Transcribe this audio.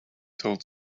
told